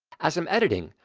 as i'm editing,